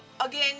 again